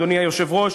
אדוני היושב-ראש,